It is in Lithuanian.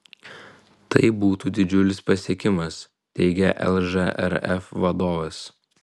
tai būtų didžiulis pasiekimas teigė lžrf vadovas